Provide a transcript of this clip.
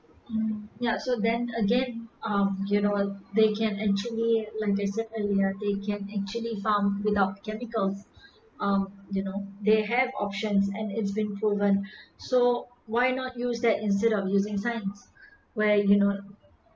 ya so then again uh general they can actually like they said earlier they can actually farm without chemicals um you know they have options and it's been proven so why not use that instead of using science where you know